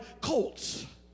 colts